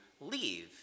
leave